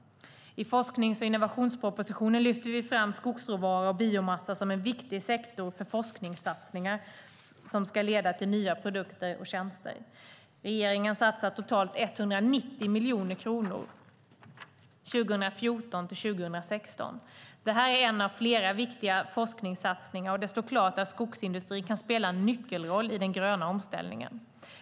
I forsknings och innovationspropositionen lyfter vi fram skogsråvara och biomassa som en viktig sektor för forskningssatsningar som ska leda till nya produkter och tjänster. Regeringen satsar totalt 190 miljoner kronor 2014-2016. Det här är en av flera viktiga forskningssatsningar, och det står klart att skogsindustrin kan spela en nyckelroll i den gröna omställningen.